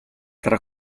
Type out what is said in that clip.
tra